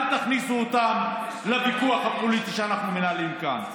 אל תכניסו אותם לוויכוח הפוליטי שאנחנו מנהלים כאן.